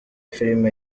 filime